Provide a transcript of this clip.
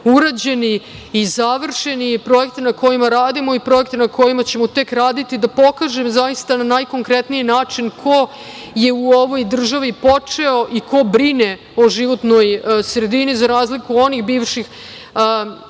urađeni i završeni, projekte na kojima radimo i projekte na kojima ćemo tek raditi da pokažem zaista na najkonkretniji način ko je u ovoj državi počeo i ko brine o životnoj sredini, za razliku od onih